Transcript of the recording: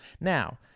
now